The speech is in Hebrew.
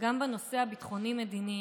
גם בנושא הביטחוני-מדיני,